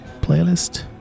playlist